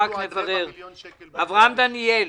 אברהם דניאל,